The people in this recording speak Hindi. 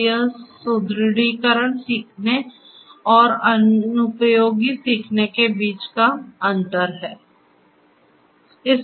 तो यह सुदृढीकरण सीखने और अनुपयोगी सीखने के बीच का अंतर है